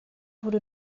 wurde